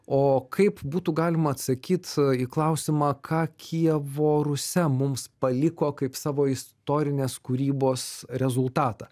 o kaip būtų galima atsakyt į klausimą ką kijevo rusia mums paliko kaip savo istorinės kūrybos rezultatą